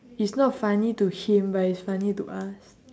it's not funny to him but it's funny to us